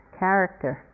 character